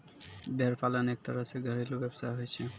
भेड़ पालन एक तरह सॅ घरेलू व्यवसाय होय छै